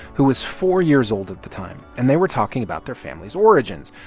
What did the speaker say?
who was four years old at the time. and they were talking about their family's origins,